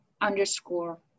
underscore